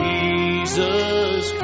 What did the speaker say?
Jesus